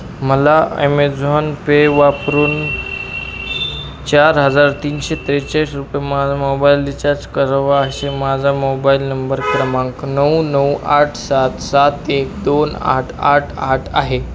मला Amazon pay वापरून चार हजार तीनशे त्रेचाळीस रुपये माझा मोबाईल रिचार्ज करावा असे माझा मोबाईल नंबर क्रमांक नऊ नऊ आठ सात सात एक दोन आठ आठ आठ आहे